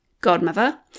godmother